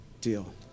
deal